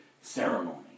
ceremony